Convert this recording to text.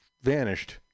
vanished